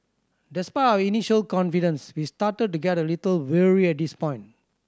despite our initial confidence we started to get a little wary at this point